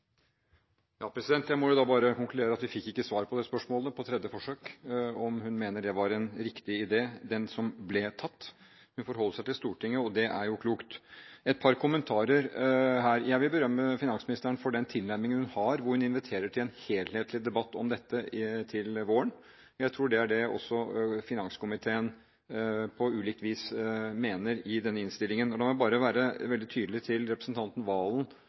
Jeg må da bare konkludere med at vi ikke fikk svar på det spørsmålet – på tredje forsøk – om finansministeren mener det var en riktig beslutning, den som ble tatt. Hun forholder seg til Stortinget, og det er jo klokt. Et par kommentarer her: Jeg vil berømme finansministeren for den tilnærmingen hun har, hvor hun inviterer til en helhetlig debatt om dette til våren. Jeg tror det er det også finanskomiteen på ulikt vis mener i denne innstillingen. Og la meg bare være veldig tydelig til